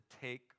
take